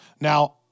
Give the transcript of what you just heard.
Now